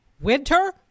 winter